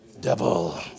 devil